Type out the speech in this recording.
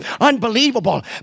unbelievable